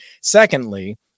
Secondly